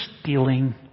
stealing